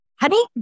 honey